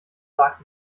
sagt